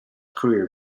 career